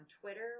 Twitter